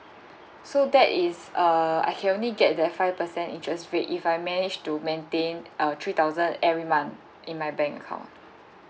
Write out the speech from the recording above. so that is uh I can only get the five percent interest rate if I managed to maintain uh three thousand every month in my bank account